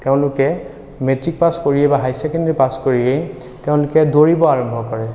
তেওঁলোকে matric pass কৰিয়েই বা হায়াৰ ছেকেণ্ডেৰী পাছ কৰিয়েই তেওঁলোকে দৌৰিব আৰম্ভ কৰে